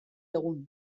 egun